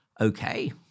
okay